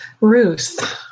Ruth